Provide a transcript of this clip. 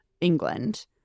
England